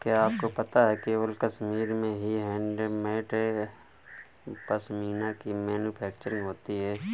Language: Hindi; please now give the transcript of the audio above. क्या आपको पता है केवल कश्मीर में ही हैंडमेड पश्मीना की मैन्युफैक्चरिंग होती है